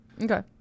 okay